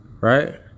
Right